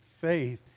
faith